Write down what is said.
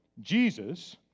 Jesus